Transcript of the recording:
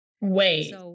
Wait